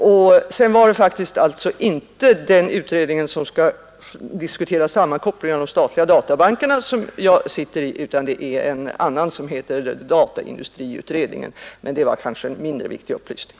Sedan sitter jag faktiskt inte i den utredning som skall diskutera sammankopplingen av de statliga databankerna, utan i en annan som heter Dataindustriutredningen, men det är kanske en mindre viktig upplysning.